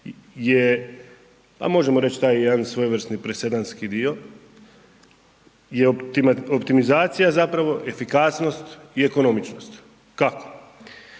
je pa možemo reći taj jedan svojevrsni presedanski dio i optimizacija zapravo, efikasnost i ekonomičnost. Kako?